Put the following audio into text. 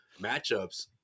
matchups